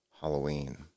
Halloween